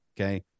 okay